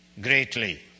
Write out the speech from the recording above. greatly